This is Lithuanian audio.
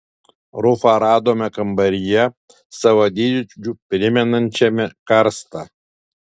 rufą radome kambaryje savo dydžiu primenančiame karstą